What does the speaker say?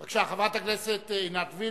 בבקשה, חברת הכנסת עינת וילף.